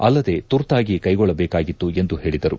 ಅಲ್ಲದೆ ತುರ್ತಾಗಿ ಕೈಗೊಳ್ಳಬೇಕಾಗಿತ್ತು ಎಂದು ಹೇಳಿದರು